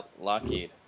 Lockheed